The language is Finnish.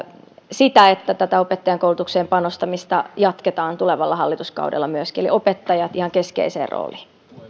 sitä että tätä opettajankoulutukseen panostamista jatketaan myöskin tulevalla hallituskaudella eli opettajat ihan keskeiseen rooliin